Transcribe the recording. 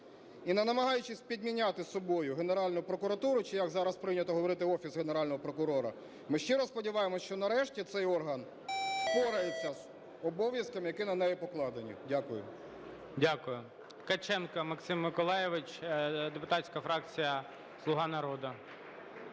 І, не намагаючись підміняти собою Генеральну прокуратуру, чи як зараз прийнято говорити - Офіс Генерального прокурора, ми ще раз сподіваємося, що нарешті цей орган впорається з обов'язками, які на неї покладені. Дякую. ГОЛОВУЮЧИЙ. Дякую. Ткаченко Максим Миколайович, депутатська фракція "Слуга народу".